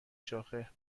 شاخه